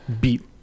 beat